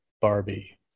barbie